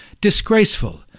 disgraceful